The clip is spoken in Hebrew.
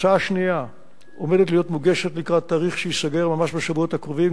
הצעה שנייה עומדת להיות מוגשת לקראת תאריך שייסגר ממש בשבועות הקרובים,